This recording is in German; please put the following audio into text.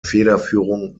federführung